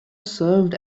served